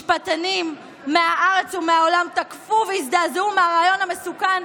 משפטנים מהארץ ומהעולם תקפו והזדעזעו מהרעיון המסוכן,